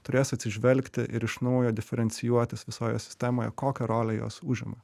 turės atsižvelgti ir iš naujo diferencijuotis visoje sistemoje kokią rolę jos užima